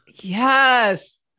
Yes